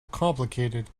complicated